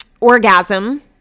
orgasm